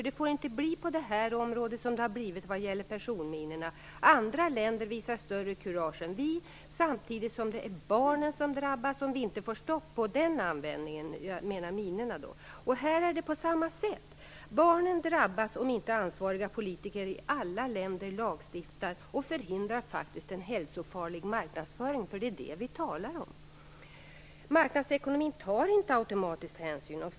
Det får inte bli på det här området som det har blivit vad gäller personminorna, dvs. att andra länder visar större kurage än vi, samtidigt som det är barnen som drabbas om vi inte får stopp på användningen av dessa minor. Här är det på samma sätt. Barnen drabbas om inte ansvariga politiker i alla länder lagstiftar och förhindrar en faktiskt hälsofarlig marknadsföring, för det är det vi talar om. Marknadsekonomin tar inte automatiskt hänsyn.